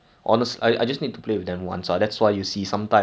pretty sure there's a way to do something about him lah but then like not a lot of ways